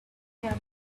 camels